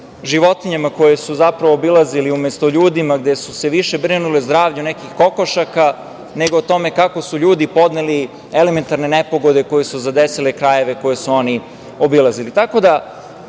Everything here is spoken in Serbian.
životinjama koje su, zapravo, obilazili, umesto ljudima, gde su se više brinuli o zdravlju nekih kokošaka, nego o tome kako su ljudi podneli elementarne nepogode koje su zadesile krajeve koje su oni obilazili. Ovaj